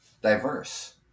diverse